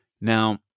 Now